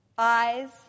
eyes